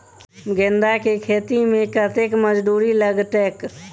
गेंदा केँ खेती मे कतेक मजदूरी लगतैक?